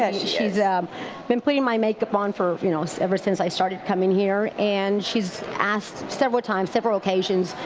ah she's um been putting my makeup on for you know so ever since i started coming here. and she's asked several times, several occasions,